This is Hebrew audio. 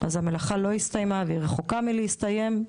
אז המלאכה לא הסתיימה, והיא רחוקה מלהסתיים.